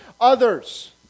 others